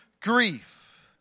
grief